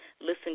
listen